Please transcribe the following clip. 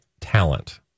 talent